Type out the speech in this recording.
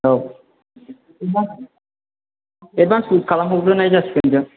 औ advance advance book खालाम हरग्रोनाय जासिगोन जों